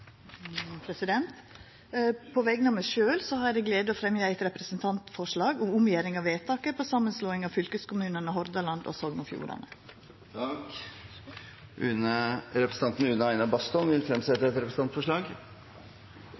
På vegner av meg sjølv har eg gleda av å fremja eit representantforslag om omgjering av vedtaket om samanslåing av fylkeskommunane Hordaland og Sogn og Fjordane. Representanten Une Bastholm vil fremsette et representantforslag.